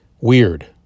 Weird